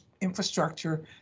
infrastructure